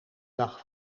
dag